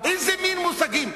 איזה מין מושגים?